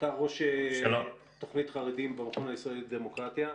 אתה ראש תוכנית חרדים במכון הישראלי לדמוקרטיה,